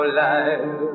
life